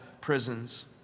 prisons